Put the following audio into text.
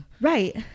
Right